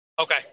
okay